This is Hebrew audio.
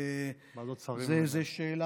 ועדות שרים.